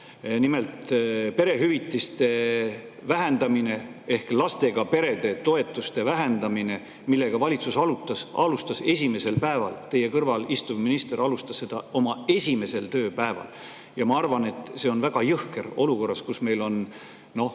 Nimelt, perehüvitiste vähendamine ehk lastega perede toetuste vähendamine, mida valitsus alustas esimesel tööpäeval – teie kõrval istuv minister alustas seda oma esimesel tööpäeval –, ma arvan, on väga jõhker olukorras, kus meil on